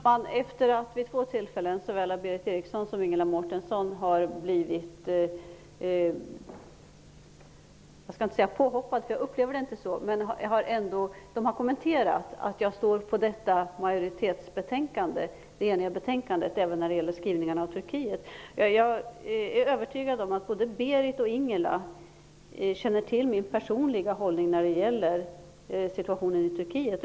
Herr talman! Jag skall inte säga att jag har blivit påhoppad, för jag upplever det inte så, men vid två tillfällen har såväl Berith Eriksson som Ingela Mårtensson kommenterat att jag står med i detta eniga betänkande även när det gäller skrivningarna om Turkiet. Jag är övertygad om att både Berith Eriksson och Ingela Mårtensson känner till min personliga hållning när det gäller situationen i Turkiet.